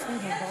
ואתה מגיע לשם.